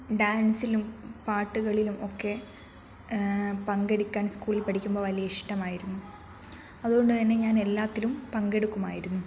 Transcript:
ഡാൻസിലും പാട്ടുകളിലും ഒക്കെ പങ്കെടുക്കാൻ സ്കൂളിൽ പഠിക്കുമ്പോൾ വലിയ ഇഷ്ടമായിരുന്നു അതുകൊണ്ടു തന്നെ ഞാനെല്ലാത്തിലും പങ്കെടുക്കുമായിരുന്നു